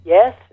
Yes